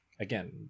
again